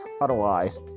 otherwise